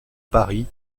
paris